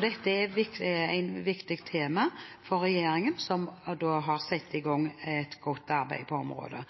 Dette er et viktig tema for regjeringen, som har satt i gang et godt arbeid på området.